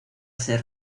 ser